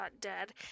dead